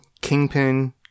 Kingpin